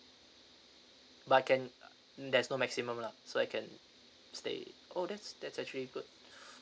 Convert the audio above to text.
but I can there's no maximum lah so I can stay oh that's that's actually good